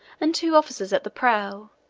and two officers at the prow,